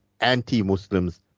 anti-Muslims